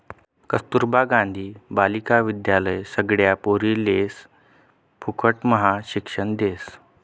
कस्तूरबा गांधी बालिका विद्यालय सगळ्या पोरिसले फुकटम्हा शिक्षण देस